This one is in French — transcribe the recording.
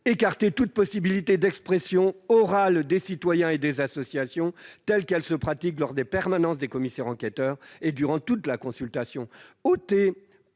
écarter toute possibilité d'expression orale des citoyens et des associations telle qu'elle se pratique lors des permanences des commissaires enquêteurs et durant toute la consultation